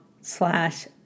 slash